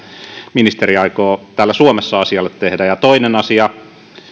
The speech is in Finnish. ministeri aikoo täällä suomessa asialle tehdä toinen asia